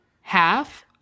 half